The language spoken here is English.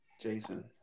Jason